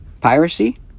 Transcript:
Piracy